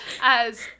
as-